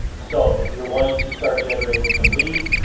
so if you're wanting to start generating some leads,